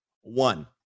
One